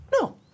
no